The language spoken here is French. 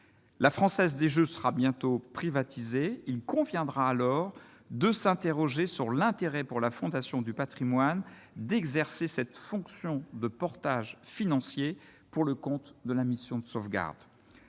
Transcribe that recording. la Française des Jeux sera bientôt privatisée, il conviendra alors de s'interroger sur l'intérêt pour la Fondation du Patrimoine d'exercer cette fonction de portage financier pour le compte de la mission de sauvegarde,